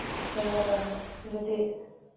ꯍꯣꯍꯣꯍꯣꯍꯣꯏ ꯑꯗꯨꯗꯤ